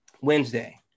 Wednesday